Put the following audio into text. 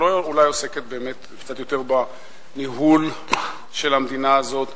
ואולי עוסקת באמת קצת יותר בניהול של המדינה הזאת.